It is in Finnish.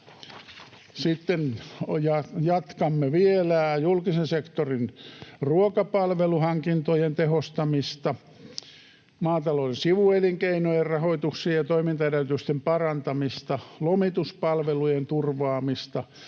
Sitten jatkamme vielä julkisen sektorin ruokapalveluhankintojen tehostamista, maatalouden sivuelinkeinojen rahoituksen ja toimintaedellytysten parantamista, lomituspalvelujen turvaamista,